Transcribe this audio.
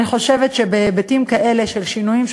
אני חושבת שבהיבטים כאלה של שינויים של